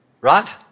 Right